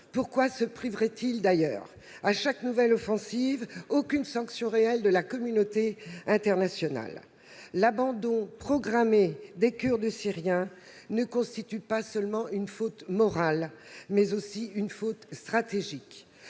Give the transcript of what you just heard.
Pourquoi se priverait-il ? À chaque nouvelle offensive, aucune sanction réelle de la communauté internationale ! L'abandon programmé des Kurdes syriens ne constitue pas seulement une faute morale ; c'est aussi une faute stratégique.